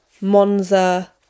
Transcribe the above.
Monza